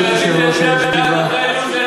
ברשות יושב-ראש הישיבה,